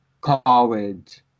college